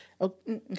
Okay